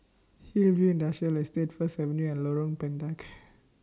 Hillview Industrial Estate First Avenue and Lorong Pendek